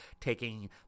taking